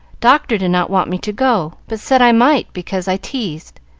doctor did not want me to go, but said i might because i teased.